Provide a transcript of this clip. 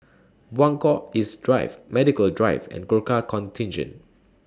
Buangkok East Drive Medical Drive and Gurkha Contingent